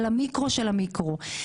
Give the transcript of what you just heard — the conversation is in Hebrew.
על המיקרו של המיקרו.